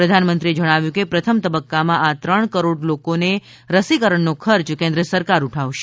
પ્રધાનમંત્રીએ જણાવ્યું કે પ્રથમ તબક્કામાં આ ત્રણ કરોડ લોકોને રસીકરણનો ખર્ચ કેન્દ્ર સરકાર ઉઠાવશે